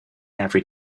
every